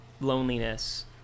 loneliness